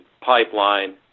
pipeline